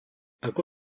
ako